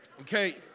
Okay